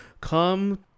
come